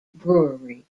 brewery